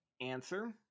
answer